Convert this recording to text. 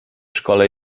szkole